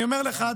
אני אומר לך,